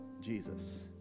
Jesus